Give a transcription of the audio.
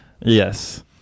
Yes